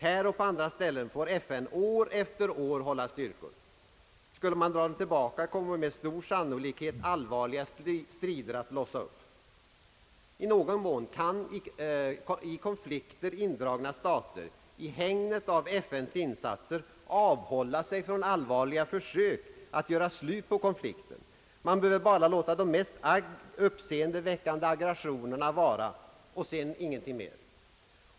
Där och på många andra ställen får FN år efter år hålla styrkor. Skulle man dra dem tillbaka, komme med stor sannolikhet allvarliga strider att blossa upp. I någon mån kan i konflikter indragna stater i hägnet av FN:s insatser avhålla sig från allvarliga försök att göra slut på konflikterna. Man behöver bara låta de mest uppseendeväckande aggressionerna vara och sedan ingenting mer.